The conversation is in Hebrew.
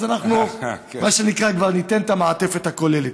אז אנחנו ניתן כבר את המעטפת הכוללת,